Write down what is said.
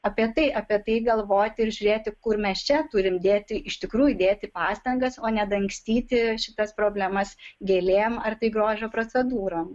apie tai apie tai galvoti ir žiūrėti kur mes čia turim dėti iš tikrųjų dėti pastangas o ne dangstyti šitas problemas gėlėm ar tai grožio procedūrom